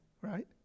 right